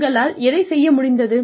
உங்களால் எதைச் செய்ய முடிந்தது